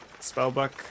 Spellbook